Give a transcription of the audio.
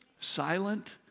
Silent